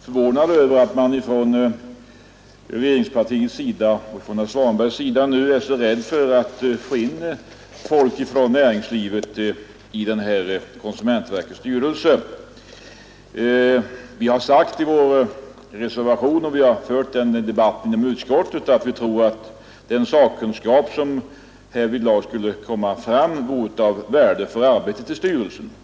förvånad över att man från regeringspartiets sida och nu senast från herr Svanbergs sida är så rädd för att få in folk från näringslivet i konsumentverkets styrelse. Vi har sagt i vår reservation och vi har fört den debatten inom utskottet att vi tror att den sakkunskap som härvidlag skulle komma fram vore av stort värde för arbetet i styrelsen.